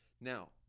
Now